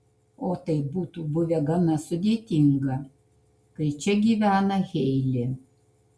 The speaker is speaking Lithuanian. o tai būtų buvę gana sudėtinga kai čia gyvena heilė